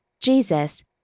Jesus